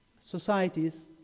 societies